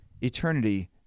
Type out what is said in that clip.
eternity